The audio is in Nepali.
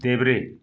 देब्रे